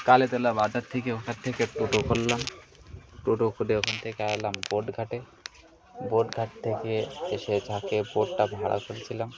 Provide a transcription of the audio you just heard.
কালিতলা বাজার থেকে ওখান থেকে টোটো করলাম টোটো করে ওখান থেকে এলাম বোট ঘাটে বোট ঘাট থেকে এসে যাকে বোটটা ভাড়া করেছিলাম